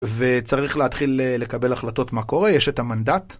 וצריך להתחיל לקבל החלטות מה קורה, יש את המנדט.